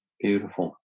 Beautiful